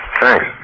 Thanks